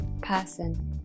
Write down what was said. person